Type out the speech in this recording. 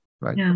Right